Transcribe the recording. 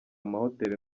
amahoteli